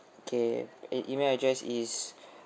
okay e~ email address is